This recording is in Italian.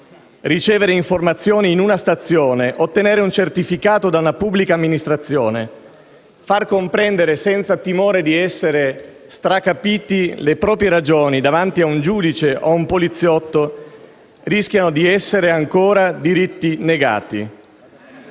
ricevere informazioni in una stazione, ottenere un certificato da una pubblica amministrazione, far comprendere senza timore di essere fraintesi le proprie ragioni, davanti ad un giudice o ad un poliziotto, rischiano di essere ancora diritti negati.